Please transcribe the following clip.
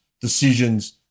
decisions